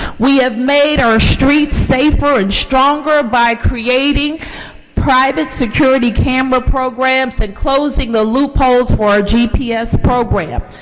we have made our streets safer and stronger by creating pride security camera programs and closing the loopholes for gps programs.